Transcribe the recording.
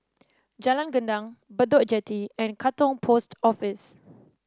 Jalan Gendang Bedok Jetty and Katong Post Office